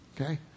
Okay